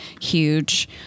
huge